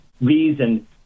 reason